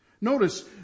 Notice